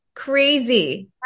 crazy